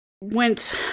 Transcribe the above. went